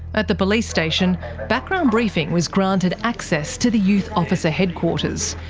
at the police station, background briefing was granted access to the youth officer headquarters,